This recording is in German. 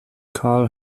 karl